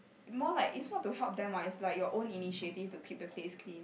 more like it's not to help them what it's like your own initiative to keep the place clean